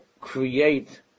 create